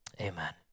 Amen